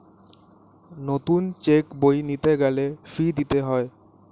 নতুন চেক বই নিতে গেলে ফি দিতে হয়